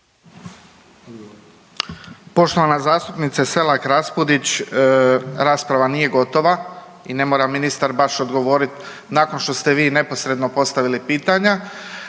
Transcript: Poštovana zastupnice Selak Raspudić, rasprava nije gotova i ne mora ministar baš odgovorit nakon što ste vi neposredno postavili pitanja.